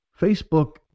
Facebook